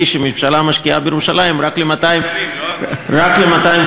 שהממשלה משקיעה בירושלים רק ל-250 מיליון.